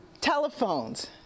telephones